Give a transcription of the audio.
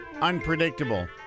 unpredictable